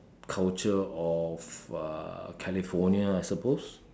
culture of uh California I suppose